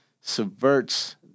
subverts